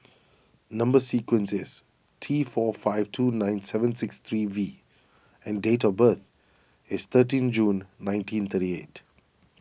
Number Sequence is T four five two nine seven six three V and date of birth is thirteenth June nineteen thirty eight